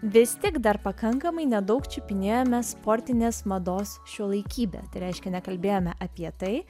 vis tik dar pakankamai nedaug čiupinėjome sportinės mados šiuolaikybę tai reiškia nekalbėjome apie tai